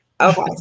okay